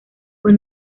fue